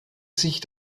sich